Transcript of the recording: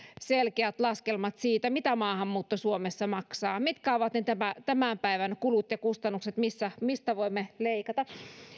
selkeät laskelmat siitä mitä maahanmuutto suomessa maksaa mitkä ovat ne tämän päivän kulut ja kustannukset mistä voimme leikata